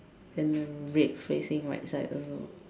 and the red facing right side also